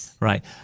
Right